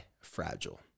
fragile